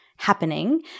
Happening